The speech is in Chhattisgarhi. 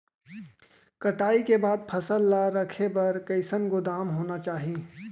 कटाई के बाद फसल ला रखे बर कईसन गोदाम होना चाही?